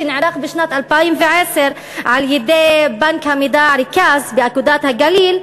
שנערך בשנת 2010 על-ידי בנק המידע "רכאז" ו"אגודת הגליל",